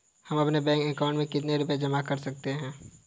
हम अपने bank account में कितने रुपये जमा कर सकते हैं?